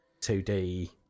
2D